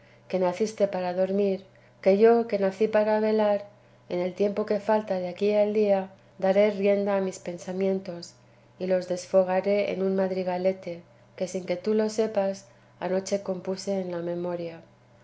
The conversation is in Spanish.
que naciste para dormir que yo que nací para velar en el tiempo que falta de aquí al día daré rienda a mis pensamientos y los desfogaré en un madrigalete que sin que tú lo sepas anoche compuse en la memoria